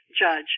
judge